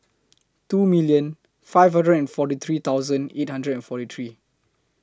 two million five hundred and forty three thousand eight hundred and forty three